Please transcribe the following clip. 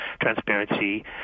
transparency